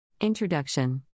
Introduction